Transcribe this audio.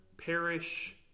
perish